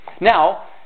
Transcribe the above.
Now